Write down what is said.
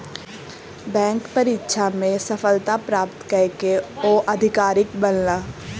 bank परीक्षा में सफलता प्राप्त कय के ओ अधिकारी बनला